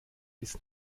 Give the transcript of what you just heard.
ist